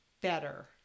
better